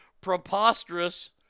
preposterous